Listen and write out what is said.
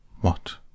What